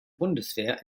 bundeswehr